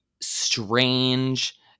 strange